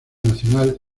nacional